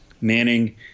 Manning